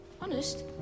Honest